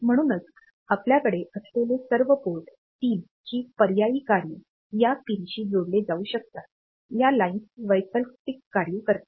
म्हणूनच आपल्याकडे असलेली सर्व पोर्ट 3 ची पर्यायी कार्ये या पिनशी जोडली जाऊ शकतात या लाइन्स वैकल्पिक कार्ये करतात